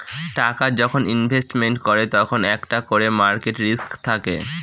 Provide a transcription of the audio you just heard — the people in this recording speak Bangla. টাকা যখন ইনভেস্টমেন্ট করে তখন একটা করে মার্কেট রিস্ক থাকে